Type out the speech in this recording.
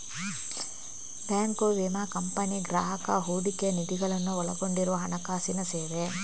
bank, ವಿಮಾ company, ಗ್ರಾಹಕ ಹೂಡಿಕೆ ನಿಧಿಗಳನ್ನು ಒಳಗೊಂಡಿರುವ ಹಣಕಾಸಿನ ಸೇವೆ